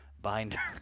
binder